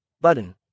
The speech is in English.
Button